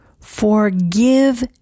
forgive